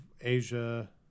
Asia